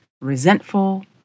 resentful